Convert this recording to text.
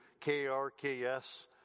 KRKS